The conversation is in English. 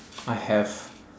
I have